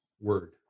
word